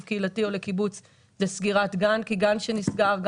קהילתי או לקיבוץ זה סגירת גן ילדים כי גן שנסגר,